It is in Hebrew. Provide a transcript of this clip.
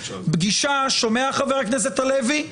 שומע, חבר הכנסת הלוי,